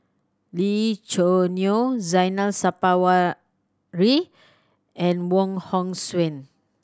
Lee Choo Neo Zainal Sapari and Wong Hong Suen